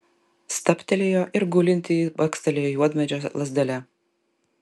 stabtelėjo ir gulintįjį bakstelėjo juodmedžio lazdele